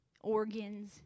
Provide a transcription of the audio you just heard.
organs